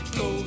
go